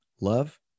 love